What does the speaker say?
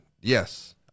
Yes